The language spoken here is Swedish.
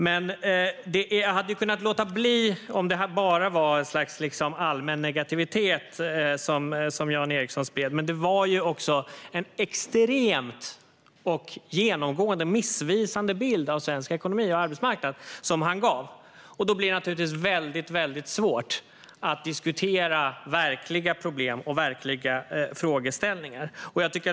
Jag hade kunnat låta bli om det bara hade varit ett slags allmän negativitet som Jan Ericson spred, men det var en extremt och genomgående missvisande bild av svensk ekonomi och arbetsmarknad som han gav. Då blir det svårt att diskutera verkliga problem och frågeställningar.